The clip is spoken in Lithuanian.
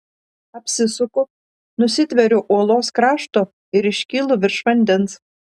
apsisuku nusitveriu uolos krašto ir iškylu virš vandens